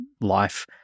life